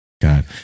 God